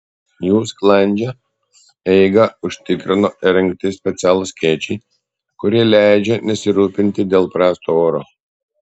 jų sklandžią eigą užtikrino įrengti specialūs skėčiai kurie leidžia nesirūpinti dėl prasto oro